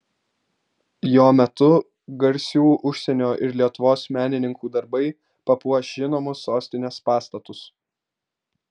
jo metu garsių užsienio ir lietuvos menininkų darbai papuoš žinomus sostinės pastatus